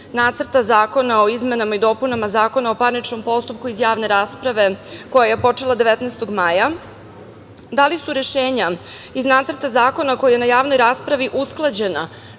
Nacrta zakona o izmenama i dopunama Zakona o parničnom postupku, iz javne rasprave, koja je počela 19. maja? Da li su rešenja iz Nacrta zakona koji je na javnoj raspravi usklađena